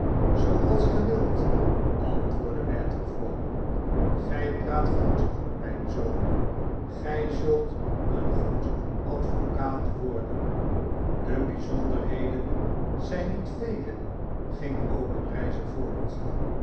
zooals ge wilt antwoordde maitre voigt gij praat goed mijn zoon gij zult een goed advocaat worden ade bijzonderheden zijn niet vele gpg obenreizer voort